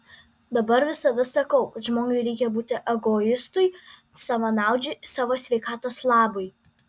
dabar visada sakau kad žmogui reikia būti egoistui savanaudžiui savo sveikatos labui